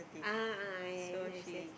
ah ah yes yes